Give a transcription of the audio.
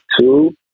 two